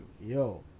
yo